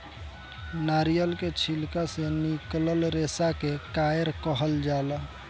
नारियल के छिलका से निकलाल रेसा के कायर कहाल जाला